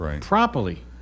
properly